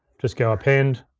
just go append,